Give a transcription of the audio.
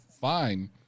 fine